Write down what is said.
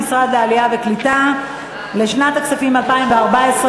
המשרד לקליטת העלייה (המשרד לקליטת העלייה,